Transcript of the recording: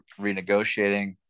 renegotiating